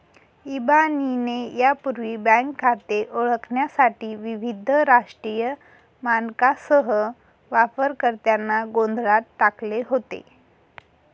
इबानीने यापूर्वी बँक खाते ओळखण्यासाठी विविध राष्ट्रीय मानकांसह वापरकर्त्यांना गोंधळात टाकले होते